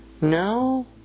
No